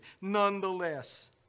nonetheless